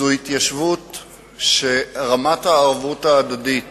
זו התיישבות שרמת הערבות ההדדית